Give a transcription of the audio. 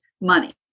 money